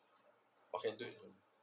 okay do